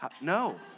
No